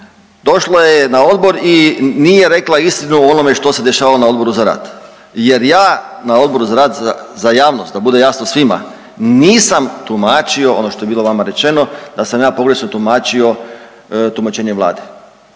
došla je na odbor i nije rekla istinu o onome što se dešava na Odboru za rad jer ja na Odboru za rad, za, za javnost da bude jasno svima, nisam tumačio ono što je bilo vama rečeno da sam ja pogrešno tumačio tumačenje Vlade.